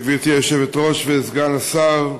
גברתי היושבת-ראש וסגן השר,